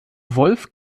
wolf